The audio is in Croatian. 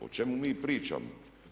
O čemu mi pričamo?